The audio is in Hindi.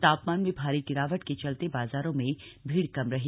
तापमान में भारी गिरावट के चलते बाजारों में भीड़ कम रही